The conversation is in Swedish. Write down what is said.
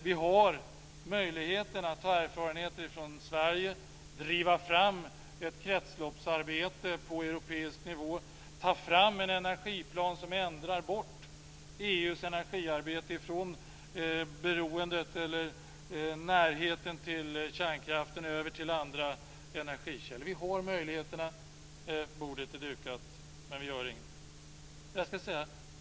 Vi har möjligheten att ta erfarenheter från Sverige, driva fram ett kretsloppsarbete på europeisk nivå och ta fram en energiplan som ändrar EU:s energiarbete från närheten till kärnkraften över till andra energikällor. Vi har möjligheterna, bordet är dukat, men vi gör ingenting.